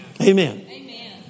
Amen